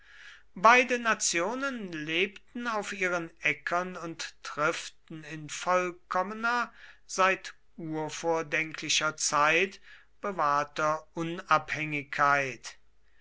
beide nationen lebten auf ihren äckern und triften in vollkommener seit unvordenklicher zeit bewahrter unabhängigkeit